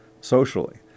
socially